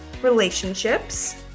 Relationships